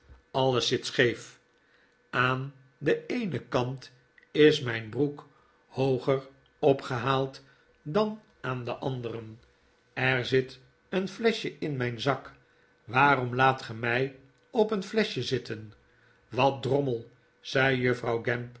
alles zit scheef aan den eenen kant is mijn broek hooger opgehaald dan aan den anderen er zit een fleschje in mijn zak waarom laat ge mij op een fleschje zitten wat drommel zei juffrouw